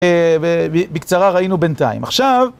בקצרה, ראינו בינתיים. עכשיו...